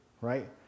right